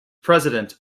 president